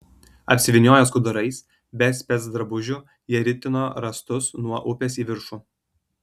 apsivynioję skudurais be specdrabužių jie ritino rąstus nuo upės į viršų